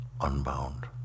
unbound